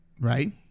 right